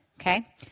Okay